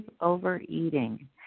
overeating